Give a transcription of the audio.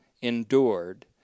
endured